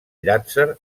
llàtzer